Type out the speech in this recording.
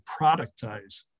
productize